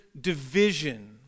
division